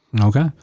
Okay